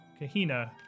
Kahina